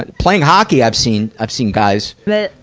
but playing hockey i've seen, i've seen guys but